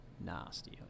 nasty